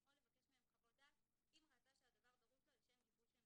או לבקש מהם חוות דעת אם ראתה שהדבר דרוש לה לשם גיבוש עמדתה.